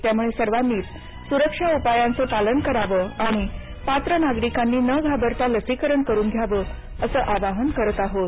त्यामुळे सर्वांनीच सुरक्षा उपायांचं पालन करावं आणि पात्र नागरिकांनी न घाबरता लसीकरण करून घ्यावं असं आवाहन करत आहोत